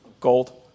gold